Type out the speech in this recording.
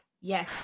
yes